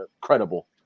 credible